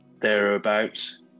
thereabouts